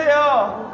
and oh